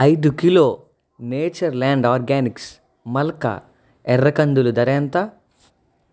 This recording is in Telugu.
ఐదు కిలో నేచర్ ల్యాండ్ ఆర్గానిక్స్ మల్కా ఎర్ర కందులు ధర ఎంత